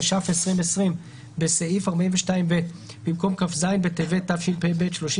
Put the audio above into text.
התש"ף 2020 בסעיף 42(ב) במקום "כ"ז בטבת התשפ"ב (31